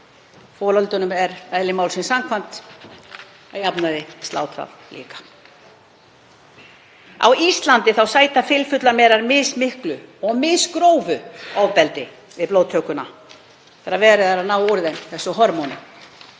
Folöldunum er eðli málsins samkvæmt að jafnaði slátrað líka. Á Íslandi sæta fylfullar merar mismiklu og misgrófu ofbeldi við blóðtöku þegar verið er að ná úr þeim hormóninu